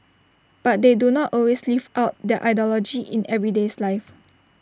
but they do not always live out that ideology in everyday lives